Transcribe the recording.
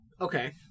Okay